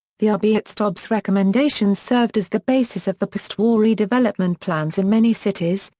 the arbeitsstab's recommendations served as the basis of the postwar redevelopment plans in many cities,